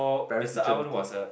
parent teacher meeting